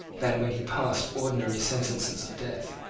than when he passed ordinary sentences of death.